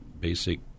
basic